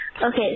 Okay